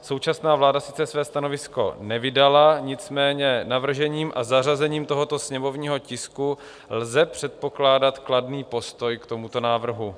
Současná vláda sice své stanovisko nevydala, nicméně navržením a zařazením tohoto sněmovního tisku lze předpokládat kladný postoj k tomuto návrhu.